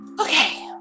Okay